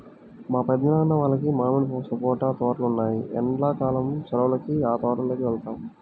మా పెద్దనాన్న వాళ్లకి మామిడి, సపోటా తోటలు ఉన్నాయ్, ఎండ్లా కాలం సెలవులకి ఆ తోటల్లోకి వెళ్తాం